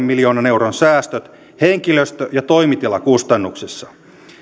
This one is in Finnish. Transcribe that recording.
miljoonan euron säästöt henkilöstö ja toimitilakustannuksissa